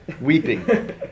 Weeping